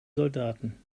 soldaten